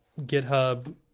GitHub